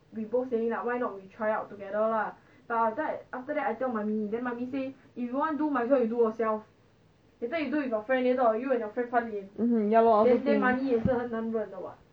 ya lor I also think